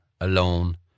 alone